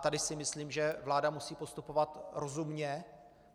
Tady si myslím, že vláda musí postupovat rozumně,